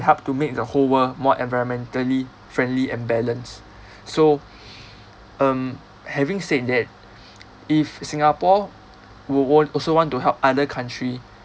help to make the whole world more environmentally friendly and balance so um having said that if singapore were wal~ also want to help other country